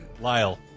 Lyle